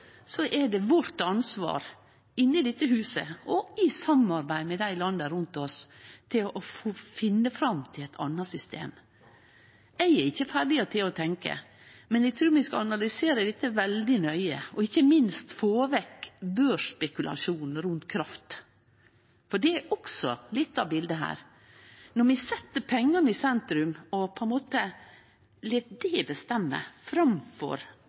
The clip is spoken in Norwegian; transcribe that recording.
er det vårt ansvar – i dette huset og i samarbeid med landa rundt oss – å finne fram til eit anna system. Eg er ikkje laga for å tenkje ut dette, men eg trur vi skal analysere det veldig nøye, og ikkje minst få vekk børsspekulasjonen rundt kraft, for det er også litt av bildet her. Når vi set pengane i sentrum og på ein måte lèt det bestemme, framfor